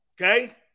Okay